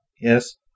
Yes